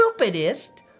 stupidest